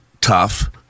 tough